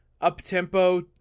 up-tempo